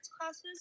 classes